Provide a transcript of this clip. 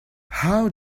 how